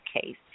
case